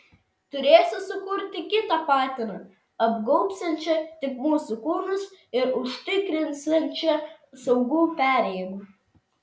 turėsiu sukurti kitą patiną apgaubsiančią tik mūsų kūnus ir užtikrinsiančią saugų perėjimą